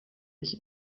ich